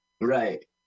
Right